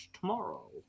tomorrow